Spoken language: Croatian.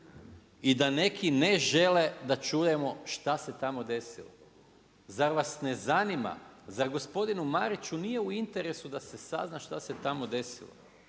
i da neki ne žele da čujemo šta se tamo desilo. Zar vas ne zanima, zar gospodinu Mariću nije u interesu da se sazna šta se tamo desilo?